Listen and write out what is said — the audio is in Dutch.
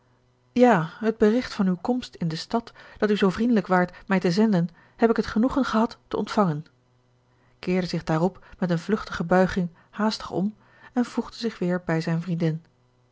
ja het bericht van uw komst in de stad dat u zoo vriendelijk waart mij te zenden heb ik het genoegen gehad te ontvangen keerde zich daarop met een vluchtige buiging haastig om en voegde zich weer bij zijne vriendin